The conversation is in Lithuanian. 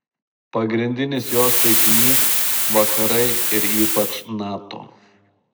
pagrindinis jos taikinys vakarai ir ypač nato